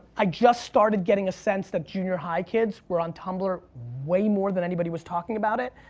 i just started getting a sense that junior high kids were on tumblr way more than anybody was talking about it.